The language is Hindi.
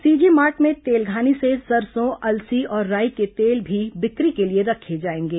सीजी मार्ट में तेलघानी से सरसो अलसी और राई के तेल भी बिक्री के लिए रखे जाएंगे